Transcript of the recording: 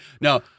now